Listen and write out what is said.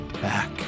back